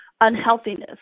unhealthiness